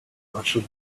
marshall